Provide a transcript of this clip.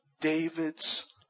David's